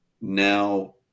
now